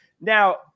Now